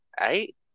eight